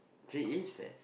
she is fat